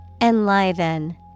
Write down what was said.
Enliven